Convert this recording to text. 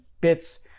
bits